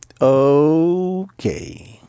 Okay